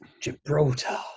Gibraltar